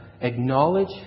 acknowledge